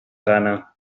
gana